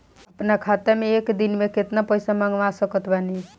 अपना खाता मे एक दिन मे केतना पईसा मँगवा सकत बानी?